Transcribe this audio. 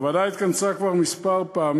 הוועדה התכנסה כבר כמה פעמים,